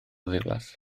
ddiflas